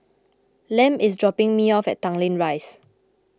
Lem is dropping me off at Tanglin Rise